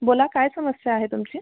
बोला काय समस्या आहे तुमची